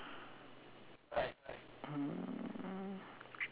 mm